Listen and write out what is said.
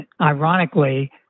ironically